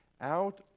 out